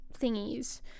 thingies